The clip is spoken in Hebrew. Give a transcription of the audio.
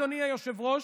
אדוני היושב-ראש,